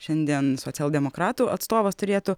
šiandien socialdemokratų atstovas turėtų